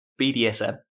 BDSM